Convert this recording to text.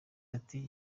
ati